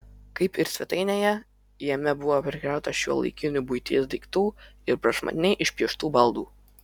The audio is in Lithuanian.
kaip ir svetainėje jame buvo prikrauta šiuolaikinių buities daiktų ir prašmatniai išpieštų baldų